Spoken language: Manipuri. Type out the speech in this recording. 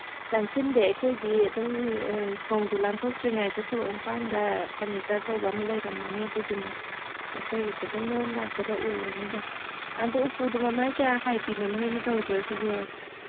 ꯆꯪꯁꯤꯟꯗꯦ ꯑꯩꯈꯣꯏꯗꯤ ꯑꯗꯨꯝ ꯊꯣꯡꯗꯣ ꯂꯥꯟꯊꯣꯛꯇ꯭ꯔꯤꯉꯩꯗ ꯁꯣꯔꯣꯛ ꯃꯄꯥꯟꯗ ꯐꯔꯅꯤꯆꯔ ꯇꯧꯕ ꯑꯃ ꯂꯩꯔꯝꯃꯅꯤ ꯑꯗꯨꯒꯤꯗꯨꯅꯤ ꯑꯩꯈꯣꯏꯒꯤꯗꯨ ꯑꯗꯨꯝ ꯅꯣꯏꯅ ꯂꯥꯛꯄꯗ ꯎꯔꯅꯤꯗ ꯑꯗꯨ ꯎꯄꯨꯗꯨ ꯃꯃꯥꯏ ꯀꯌꯥ ꯍꯥꯏꯕꯤꯅꯣ ꯅꯣꯏꯅ ꯇꯧꯗꯣꯏꯁꯤꯕꯣ